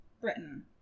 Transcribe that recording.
Britain